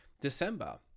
December